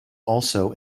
also